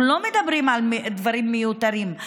אנחנו לא מדברים על דברים מיותרים,